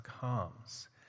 comes